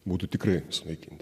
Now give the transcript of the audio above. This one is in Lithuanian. būtų tikrai sunaikinti